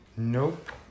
Nope